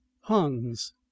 hans